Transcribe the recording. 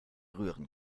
rühren